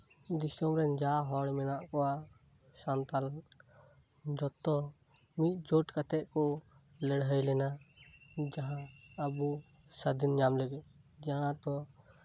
ᱫᱤᱥᱟᱹᱢᱨᱮᱱ ᱡᱟ ᱦᱚᱲ ᱢᱮᱱᱟᱜ ᱠᱚᱣᱟ ᱥᱟᱱᱛᱟᱞ ᱡᱚᱛᱚ ᱢᱤᱫ ᱡᱳᱴ ᱠᱟᱛᱮᱜ ᱠᱚ ᱞᱟᱹᱲᱦᱟᱹᱭ ᱞᱮᱱᱟ ᱡᱟᱦᱟᱸ ᱟᱵᱚ ᱥᱟᱫᱷᱤᱱ ᱧᱟᱢ ᱞᱟᱹᱜᱤᱫ ᱡᱟᱦᱟᱸ ᱫᱚ